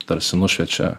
tarsi nušviečia